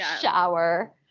shower